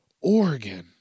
Oregon